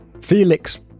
Felix